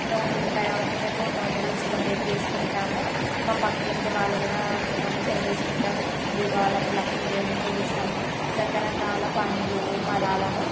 నోములు ఉంటాయి కాబట్టి మేము నోములు సెలబ్రేట్ చేసుకుంటాము మా పక్కింటి వాళ్ళు కూడా నోములు సెలెబ్రేట్ చేసుకుంటాం దీపావళి అప్పుడు లక్ష్మీదేవిని పూజిస్తాము రకరకాల పళ్ళు ఫలాలను